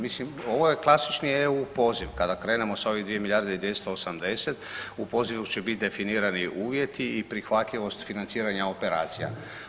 Mislim ovo je klasični eu poziv, kada krenemo s ovih 2 milijarde i 280 u pozivu će bit definirani uvjeti i prihvatljivost financiranja operacija.